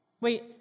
Wait